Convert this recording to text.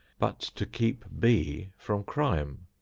but to keep b from crime.